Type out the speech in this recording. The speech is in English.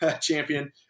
champion